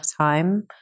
time